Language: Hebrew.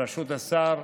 בראשות השר,